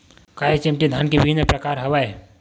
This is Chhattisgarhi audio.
का एच.एम.टी धान के विभिन्र प्रकार हवय?